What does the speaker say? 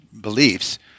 beliefs